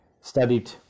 studied